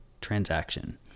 transaction